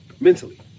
Mentally